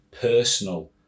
personal